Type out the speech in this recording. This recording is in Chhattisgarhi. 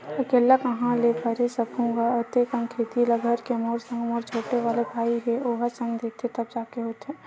अकेल्ला काँहा ले करे सकहूं गा अते कन खेती ल घर के मोर संग मोर छोटे वाले भाई हे ओहा संग देथे तब जाके होथे